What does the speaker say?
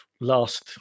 Last